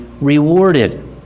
rewarded